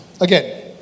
Again